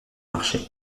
marché